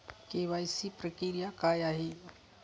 KYC प्रक्रिया काय आहे?